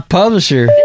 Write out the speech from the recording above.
publisher